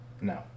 No